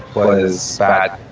was that,